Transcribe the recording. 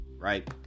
right